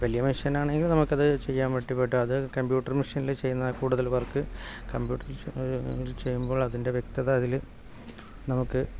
വലിയ മിഷ്യനാണെങ്കിൽ നമുക്കത് ചെയ്യാൻ വേണ്ടി പോയിട്ട് അത് കമ്പ്യൂട്ടർ മെഷീനിൽ ചെയ്യുന്ന കൂടുതൽ വർക്ക് കമ്പ്യൂട്ടറിൽ ചെയ്യുമ്പോൾ അതിൻ്റെ വ്യക്തത അതിൽ നമുക്ക്